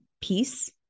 piece